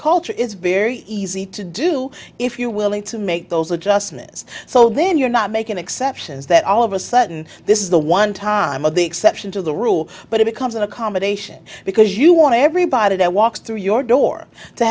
culture it's very easy to do if you willing to make those adjustments so then you're not making exceptions that all of a sudden this is the one time of the exception to the rule but it becomes an accommodation because you want everybody that walks through your door to